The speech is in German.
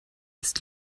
ist